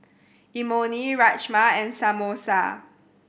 Imoni Rajma and Samosa